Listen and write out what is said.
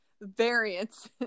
variants